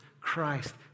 Christ